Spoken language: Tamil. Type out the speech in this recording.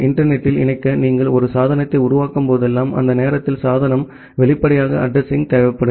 இன்டர்நெட் த்தில் இணைக்க நீங்கள் ஒரு சாதனத்தை உருவாக்கும் போதெல்லாம் அந்த நேரத்தில் சாதனம் வெளிப்படையாக அட்ரஸிங் தேவைப்படும்